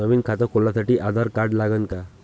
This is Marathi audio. नवीन खात खोलासाठी आधार कार्ड लागन का?